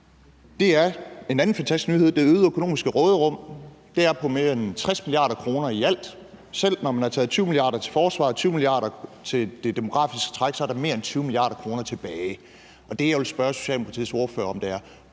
til, er en anden fantastisk nyhed, nemlig det øgede økonomiske råderum. Det er på mere end 60 mia. kr. i alt, og selv når man har taget 20 mia. kr. til forsvaret og 20 mia. kr. til det demografiske træk, så er der mere end 20 mia. kr. tilbage. Og det, jeg vil spørge Socialdemokratiets ordfører om, er: